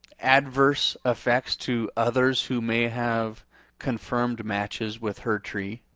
adverse effects to others who may have confirmed matches with her tree?